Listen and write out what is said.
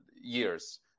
years